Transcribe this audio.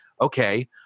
Okay